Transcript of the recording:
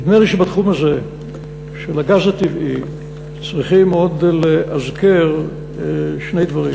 נדמה לי שבתחום הזה של הגז הטבעי צריכים עוד לאזכר שני דברים.